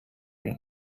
ring